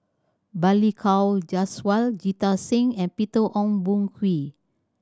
Balli Kaur Jaswal Jita Singh and Peter Ong Boon Kwee